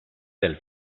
del